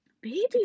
baby